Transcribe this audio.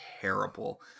Terrible